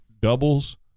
doubles